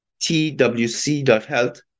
TWC.health